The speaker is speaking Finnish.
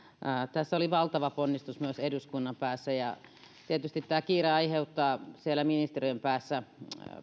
tässä oli valtava ponnistus myös eduskunnan päässä tietysti tämä kiire aiheuttaa siellä ministeriön päässä